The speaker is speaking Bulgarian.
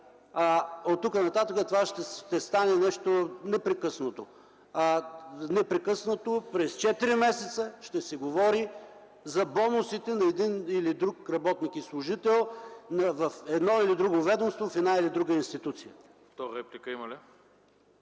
оттук нататък това ще стане нещо непрекъснато. Непрекъснато, през четири месеца, ще се говори за бонусите на един или друг работник и служител в едно или друго ведомство, в една или друга институция.